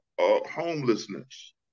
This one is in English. homelessness